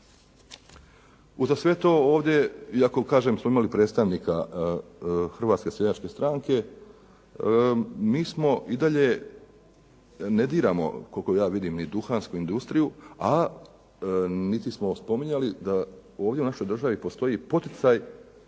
Uza sve to ovdje, iako kažem smo imali predstavnika Hrvatske seljačke stranke, mi smo i dalje, ne diramo koliko ja vidim ni duhansku industriju, a niti smo spominjali da ovdje u našoj državi postoji poticaj,